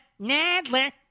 Nadler